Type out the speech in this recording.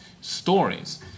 stories